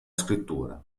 scrittura